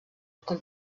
com